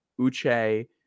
Uche